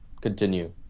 continue